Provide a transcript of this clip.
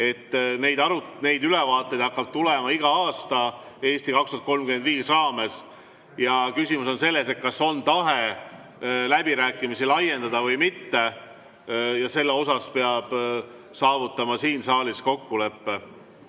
Neid ülevaateid hakkab tulema igal aastal "Eesti 2035" raames. Küsimus on selles, kas on tahe läbirääkimisi laiendada või mitte. Selles peab saavutama siin saalis kokkuleppe.